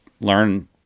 learn